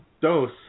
dos